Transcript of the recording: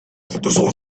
sunset